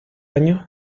años